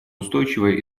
устойчивое